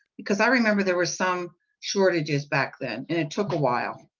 because i remember there was some shortages back then, and it took a while.